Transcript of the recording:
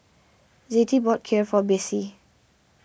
Zettie bought Kheer for Besse